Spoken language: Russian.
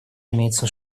имеется